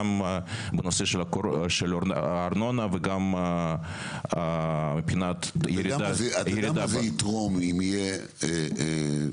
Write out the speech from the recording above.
גם בנושא של הארנונה וגם מבחינת -- אתה יודע מה זה יתרום אם יהיה ברור